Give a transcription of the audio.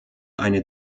eine